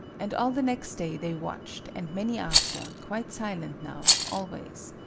and all the next day they watched, and many after, quite silent now, always.